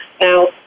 Now